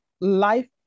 life